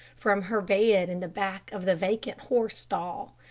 from her bed in the back of the vacant horse stall.